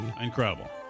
Incredible